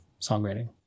songwriting